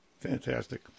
Fantastic